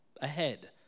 ahead